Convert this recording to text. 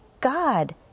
God